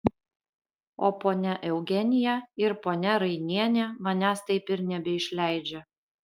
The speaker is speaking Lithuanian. o ponia eugenija ir ponia rainienė manęs taip ir nebeišleidžia